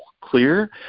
clear